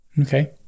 Okay